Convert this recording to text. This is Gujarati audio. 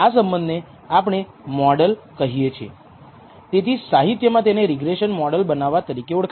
જો તે સારું ન હોય તો પછી આપણે બિન રેખીય મોડેલ ફીટ કરીશું